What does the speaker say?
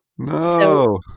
No